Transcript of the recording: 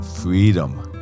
Freedom